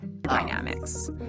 Dynamics